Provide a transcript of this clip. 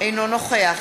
אינו נוכח